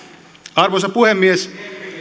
arvoisa puhemies